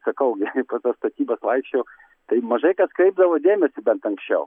sakau gi po tas statybas vaikščiojau tai mažai kas kreipdavo dėmesį bent anksčiau